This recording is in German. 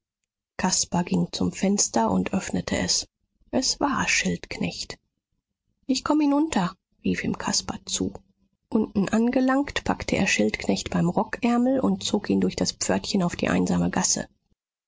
caspar ging zum fenster und öffnete es war schildknecht ich komm hinunter rief ihm caspar zu unten angelangt packte er schildknecht beim rockärmel und zog ihn durch das pförtchen auf die einsame gasse